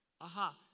Aha